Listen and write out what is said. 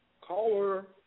Caller